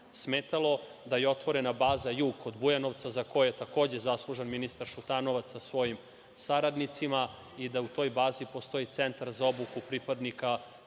smetalo, da je otvorena baza „Jug“ kod Bujanovca, za koju je takođe zaslužan ministar Šutanovac sa svojim saradnicima i da u toj bazi postoji centar za obuku pripadnika koji